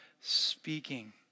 speaking